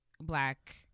black